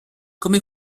come